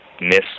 miss